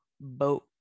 boat